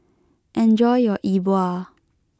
enjoy your E Bua